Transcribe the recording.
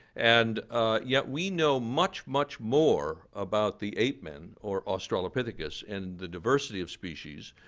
and yet we know much, much more about the ape-men, or australopithecus, and the diversity of species,